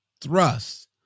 thrust